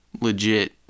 legit